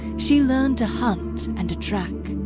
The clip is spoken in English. she learned to hunt and to track,